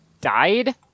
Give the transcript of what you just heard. died